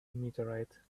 meteorite